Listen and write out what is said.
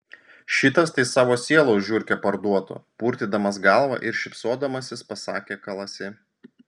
šitas tai savo sielą už žiurkę parduotų purtydamas galvą ir šypsodamasis pasakė kalasi